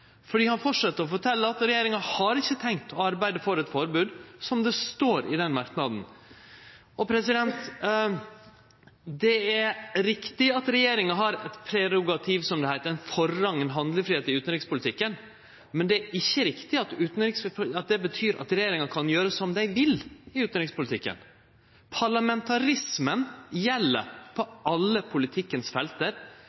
Han fortset å fortelje at regjeringa har ikkje tenkt å arbeide for eit forbod, som det står i den merknaden. Det er riktig at regjeringa har eit prerogativ, som det heiter, ein forrang, ein handlefridom, i utanrikspolitikken, men det er ikkje riktig at det betyr at regjeringa kan gjere som dei vil i utanrikspolitikken. Parlamentarismen gjeld på